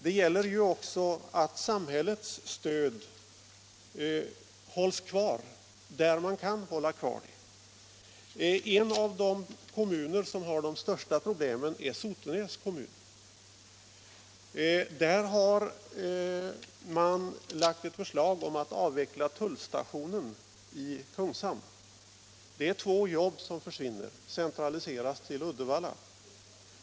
Det är ju så att samhällets stöd bör hållas kvar där man kan hålla kvar det. En av de kommuner som har de största problemen är Sotenäs kommun. Där har man lagt ett förslag om att tullstationen Kungshamn skall avvecklas. Det 'är två jobb som försvinner. De centraliseras till Uddevalla.